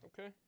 Okay